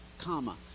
comma